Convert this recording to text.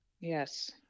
Yes